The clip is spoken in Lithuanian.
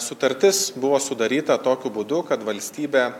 sutartis buvo sudaryta tokiu būdu kad valstybė